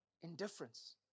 Indifference